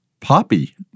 Poppy